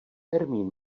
termín